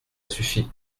suffit